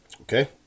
Okay